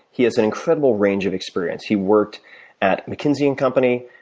he has an incredible range of experience. he worked at mckinsey and company.